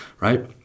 right